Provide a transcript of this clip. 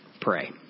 pray